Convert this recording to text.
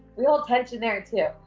we hold tension there too.